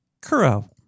Kuro